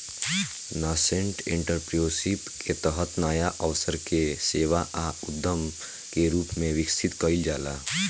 nascent entrepreneurship के तहत नाया अवसर के सेवा आ उद्यम के रूप में विकसित कईल जाला